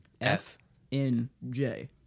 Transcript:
F-N-J